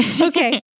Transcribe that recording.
Okay